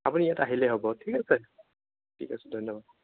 আপুনি ইয়াত আহিলেই হ'ব ঠিক আছে ঠিক আছে ধন্যবাদ